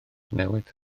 newydd